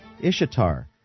Ishtar